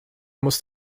muss